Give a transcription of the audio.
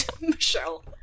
Michelle